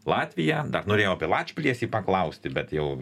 latviją dar norėjau apie lačplėsį paklausti bet jau